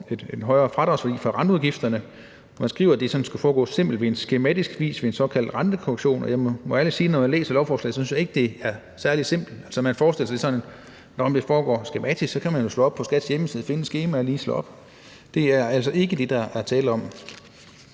den højere fradragsværdi for renteudgifterne. Man skriver, at det skal foregå simpelt på skematisk vis ved hjælp af en såkaldt rentekorrektion. Jeg må ærligt sige, at når jeg læser lovforslaget, synes jeg ikke, at det er særlig simpelt. Man forestiller sig, at når noget foregår skematisk, så kan man gå ind på skatteforvaltningens hjemmeside og finde skemaet og lige slå op. Det er altså ikke det, der er tale om.